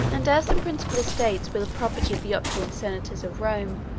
and as the principal estates were the property of the opulent senators of rome,